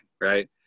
right